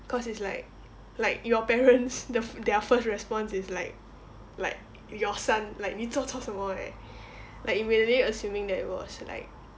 cause it's like like your parents the their first response is like like your son like 你做错什么 eh like they already assuming that it was like